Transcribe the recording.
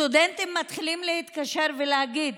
סטודנטים מתחילים להתקשר ולהגיד: